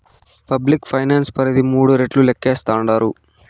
public finance పరిధి మూడు రెట్లు లేక్కేస్తాండారు